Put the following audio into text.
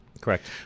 Correct